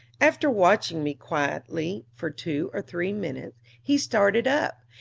after watching me quietly for two or three minutes, he started up,